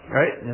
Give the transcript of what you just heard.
right